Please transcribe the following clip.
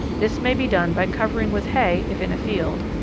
this may be done by covering with hay if in a field,